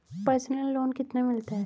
Personal loan कितना मिलता है?